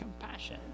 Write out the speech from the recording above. compassion